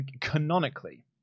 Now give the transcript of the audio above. canonically